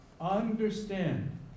understand